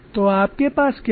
तो आपके पास क्या है